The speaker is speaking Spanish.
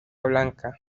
blanca